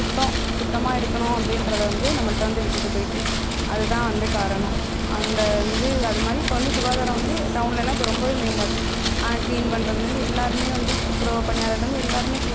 அப்புறம் வந்து பெண்களுக்கு இந்த உதவி தொகை அரசினர் சத்துணவு திட்டம் காலை உணவு திட்டம் அப்படின்னு சொல்லிட்டு மாணவர்களை ஊக்குவிக்கிறதுக்காக நிறையா திட்டங்களை வந்து கொண்டுகிட்டு வந்துயிருக்கு